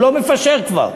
הוא לא מפשר כבר,